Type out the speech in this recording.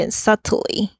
subtly